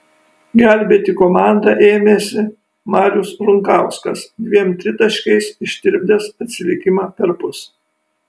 gelbėti komandą ėmėsi marius runkauskas dviem tritaškiais ištirpdęs atsilikimą perpus